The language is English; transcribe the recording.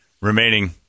remaining